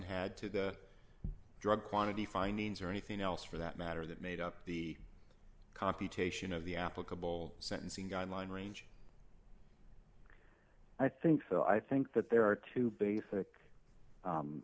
had to the drug quantity findings or anything else for that matter that made up the computation of the applicable sentencing guideline range i think so i think that there are two basic